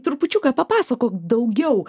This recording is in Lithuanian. trupučiuką papasakok daugiau